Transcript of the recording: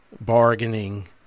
bargaining